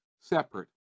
separate